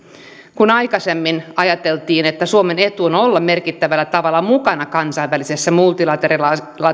kun aikaisemmin ajateltiin että suomen etu on olla merkittävällä tavalla mukana kansainvälisessä multilateraalisessa